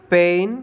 Spain